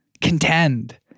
contend